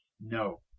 No